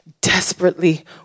desperately